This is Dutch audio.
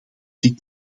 dit